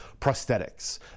prosthetics